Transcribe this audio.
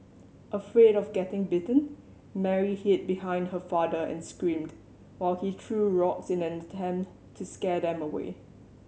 afraid of getting bitten Mary hid behind her father and screamed while he threw rocks in an attempt to scare them away